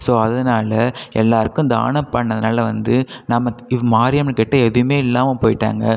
so அதனால எல்லாருக்கும் தானம் பண்ணதுனால வந்து நம்ம இவ் மாரியம்மன்கிட்ட எதையுமே இல்லாமல் போயிவிட்டாங்க